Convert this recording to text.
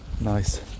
nice